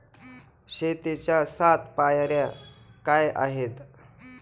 शेतीच्या सात पायऱ्या काय आहेत?